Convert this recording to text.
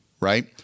right